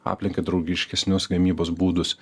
aplinkai draugiškesnius gamybos būdus